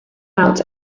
out